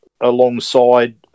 alongside